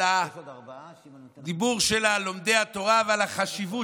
את הדיבור שלה על לומדי התורה ועל החשיבות